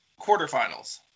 quarterfinals